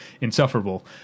insufferable